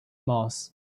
mass